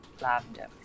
Lavender